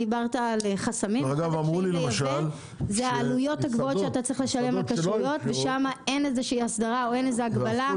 דיברת על חסמים ויש עלויות שקשורות בכשרות ואין על זה הגבלה.